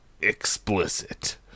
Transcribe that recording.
Explicit